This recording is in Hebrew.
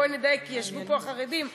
בואי נדייק כי ישבו פה החרדים ואנחנו,